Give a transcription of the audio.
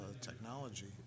technology